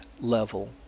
level